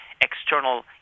external